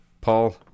Paul